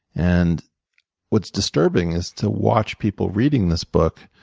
and what's disturbing is to watch people reading this book,